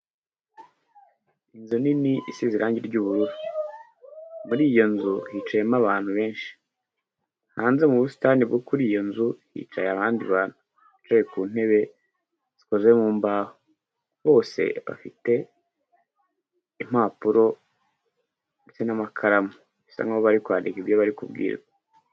Inzu nini isize irangi ry'ubururu. Muri iyo nzu hicayemo abantu benshi. Hanze mu busitani bwo kuri iyo nzu yicaye abandi bantu bicaye ku ntebe zikoze mu mbaho. Bose bafite impapuro n'amakaramu bisa nkaho bari kwandika ibyo bari kubwirwa.